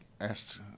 asked